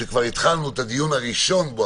כשכבר התחלנו את הדיון הראשון בו,